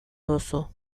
duzu